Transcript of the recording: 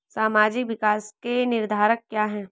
सामाजिक विकास के निर्धारक क्या है?